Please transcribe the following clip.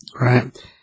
Right